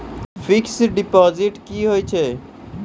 Fixed deposit की होय छै?